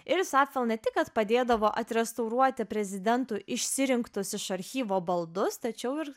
iris apfel ne tik kad padėdavo atrestauruoti prezidentų išsirinktus iš archyvo baldus tačiau ir